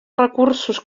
recursos